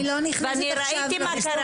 ואני ראיתי מה קרה.